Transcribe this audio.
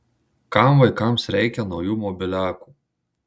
kam vaikams reikia naujų mobiliakų